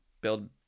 build